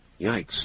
Yikes